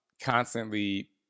constantly